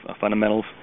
fundamentals